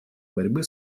борьбы